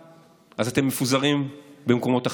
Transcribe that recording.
אז אתם מפוזרים במקומות אחרים.